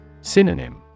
Synonym